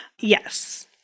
Yes